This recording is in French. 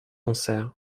concert